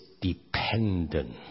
dependent